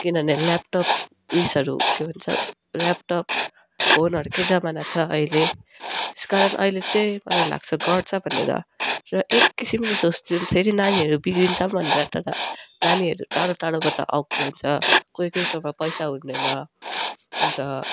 किनभने ल्यापटप उयोसहरू के भन्छ ल्यापटप फोनहरू कै जमाना छ ले त्यसकारण ऐले चै मलाई लाग्छ गर्छ भनेर र एक किसिमले सोच्छु फेरि नानीहरू बिग्रिन्छ भनेर तर नानीहरू टाढो टाढोबाट आएको हुन्छ कोही कोहीकोमा पैसा हुँदैन अन्त